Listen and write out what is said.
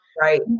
Right